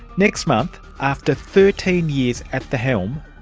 next month, after thirteen years at the helm,